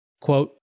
Quote